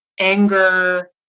anger